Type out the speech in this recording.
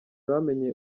bamenye